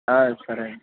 సరేండి